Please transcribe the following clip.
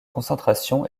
concentration